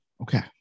Okay